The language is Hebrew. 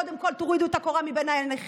קודם כול תורידו את הקורה מבין עיניכם.